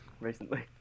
recently